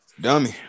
Dummy